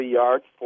yards